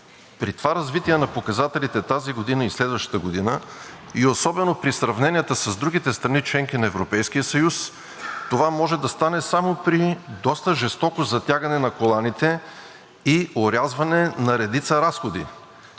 при това развитие на показателите тази и следващата година, особено при сравненията с другите страни – членки на Европейския съюз, това може да стане само при доста жестоко затягане на коланите и орязване на редица разходи,